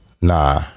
Nah